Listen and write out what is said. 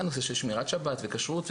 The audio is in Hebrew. הנושא של שמירת שבת וכשרות,